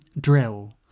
drill